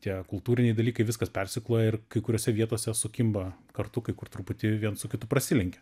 tie kultūriniai dalykai viskas persikloja ir kai kuriose vietose sukimba kartu kai kur truputį viens su kitu prasilenkia